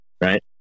right